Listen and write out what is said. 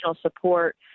support